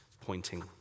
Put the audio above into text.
pointing